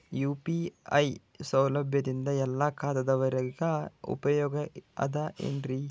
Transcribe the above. UPI ಸೌಲಭ್ಯದಿಂದ ಎಲ್ಲಾ ಖಾತಾದಾವರಿಗ ಉಪಯೋಗ ಅದ ಏನ್ರಿ?